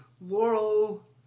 Laurel